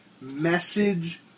message